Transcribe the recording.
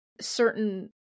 Certain